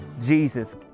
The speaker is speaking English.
Jesus